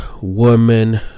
woman